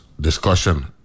discussion